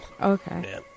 Okay